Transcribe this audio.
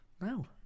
No